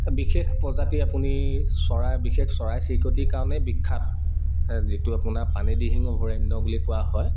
বিশেষ প্ৰজাতি আপুনি চৰাই বিশেষ চৰাই চিৰিকতিৰ কাৰণে বিখ্যাত যিটো আপোনাৰ পানী দিহিং অভয়াৰণ্য বুলি কোৱা হয়